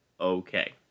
okay